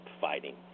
fighting